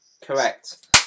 Correct